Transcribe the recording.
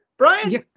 Brian